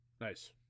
Nice